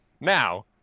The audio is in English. Now